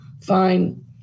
fine